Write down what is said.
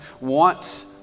wants